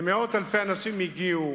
ומאות אלפי אנשים הגיעו,